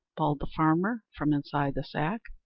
bawled the farmer, from inside the sack.